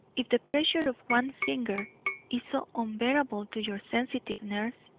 if the pressure of one finger is so unbearable to your sensitive nerves,